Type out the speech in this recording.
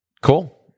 Cool